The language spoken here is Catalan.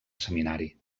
seminari